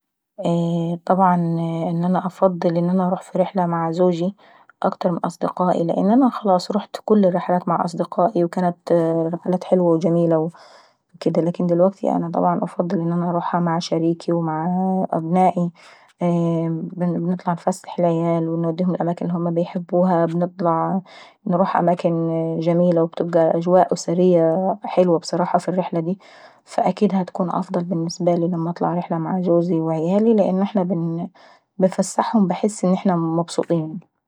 طبعا انا انا افضل ان انا اروح في رحلة مع جوزاي لاني انا خلاص رحت كل الرحلات مع أصدقائي وكانت رحلات حلوة وجميلة لكن دلوكيت نفضل انا نروح مع شريكي ومععع ابنائي، ونطلع نفسحوا العيال ونودوهم أماكن بيحبواها، ونطلع نروح أماكن جميلة وبتبقى أجواء اسرية حلوة بصراحة ف الرحلة داي. فاكيد هتكون افضل بالنسبة لما نططلع رحلة مع جوزي وعيالي لانو احنا وبنفسحوهم باحسوا ان احنا مبسوطين.